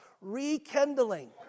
rekindling